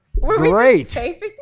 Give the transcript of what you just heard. Great